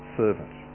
servant